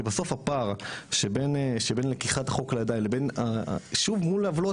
כי בסוף הפער שבין לקיחת החוק לידיים לבין שוב מול עוולות